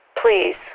Please